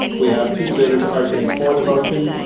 we have two debaters arguing for the motion,